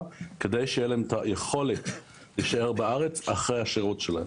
כדי שיהיה להם את היכולת להישאר בארץ אחרי השירות שלהם.